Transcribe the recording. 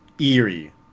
eerie